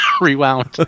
rewound